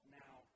now